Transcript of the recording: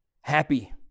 happy